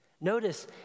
Notice